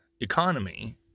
economy